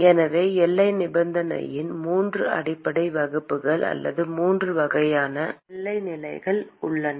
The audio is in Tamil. எனவே எல்லை நிபந்தனையின் மூன்று அடிப்படை வகுப்புகள் அல்லது மூன்று வகையான எல்லை நிலைகள் உள்ளன